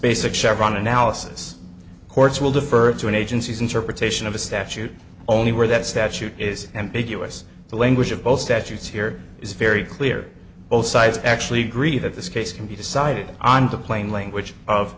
basic chevron analysis courts will defer to an agency's interpretation of a statute only where that statute is ambiguous the language of both statutes here is very clear both sides actually agree that this case can be decided on the plain language of